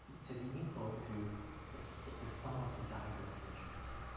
to be equal to the sum of the diagonal entries.